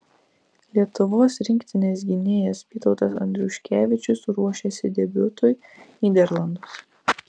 lietuvos rinktinės gynėjas vytautas andriuškevičius ruošiasi debiutui nyderlanduose